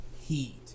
Heat